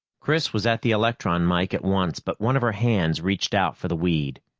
chris was at the electron mike at once, but one of her hands reached out for the weed.